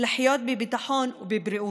לחיות בביטחון ובבריאות,